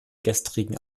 gestrigen